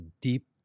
deep